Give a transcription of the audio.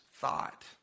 thought